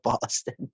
Boston